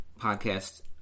podcast